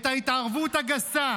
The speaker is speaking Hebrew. את ההתערבות הגסה,